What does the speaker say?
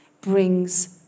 brings